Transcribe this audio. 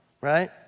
right